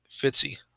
Fitzy